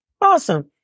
awesome